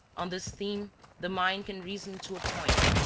on this theme the mind can reason to a point,